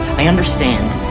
i understand.